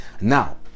Now